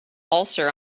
ulcer